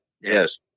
yes